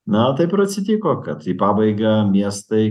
na taip ir atsitiko kad į pabaigą miestai